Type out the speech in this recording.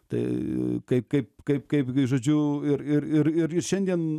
tai kaip kaip kaip kaipgi žodžiu ir ir ir ir šiandien